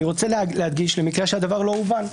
אני רוצה להדגיש למקרה שהדבר לא הובן,